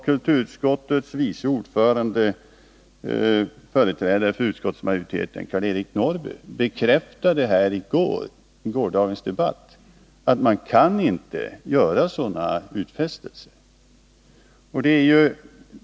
Kulturutskottets vice ordförande Karl-Eric Norrby, företrädare för utskottsmajoriteten, bekräftade i gårdagens debatt att man inte kan göra sådana utfästelser.